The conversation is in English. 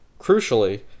Crucially